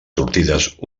sortides